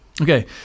Okay